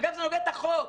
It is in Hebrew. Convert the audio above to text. אגב, זה נוגד את החוק.